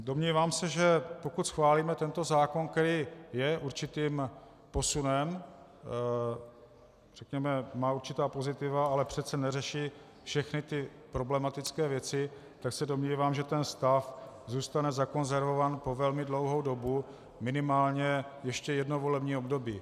Domnívám se, že pokud schválíme tento zákon, který je určitým posunem, řekněme, má určitá pozitiva, ale přece neřeší všechny problematické věci, tak se domnívám, že ten stav zůstane zakonzervován po velmi dlouhou dobu, minimálně ještě jedno volební období.